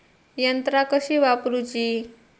यंत्रा कशी वापरूची?